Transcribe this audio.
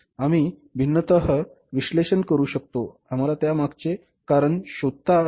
आम्ही भिन्नता विश्लेषण करू शकतो आम्हाला त्यामागचे कारण शोधता आले